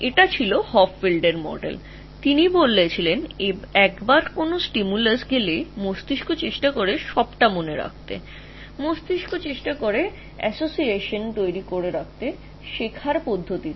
এটি হপফিল্ডের মডেল ছিল তিনি যা বলেছিলেন একবার উদ্দীপনা প্রবেশ করার পরে একটি মস্তিষ্ক সব মনে রাখার চেষ্টা করে এবং মস্তিষ্ক শেখার প্রক্রিয়ার সাথে সাথে সংযোগ গঠনের চেষ্টা করে